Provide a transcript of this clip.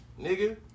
nigga